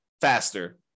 faster